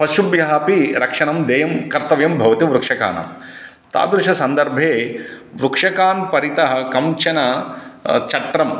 पशुभ्यः अपि रक्षणं देयं कर्तव्यं भवति वृक्षकानां तादृशसन्दर्भे वृक्षकान् परितः कञ्चन चक्रम्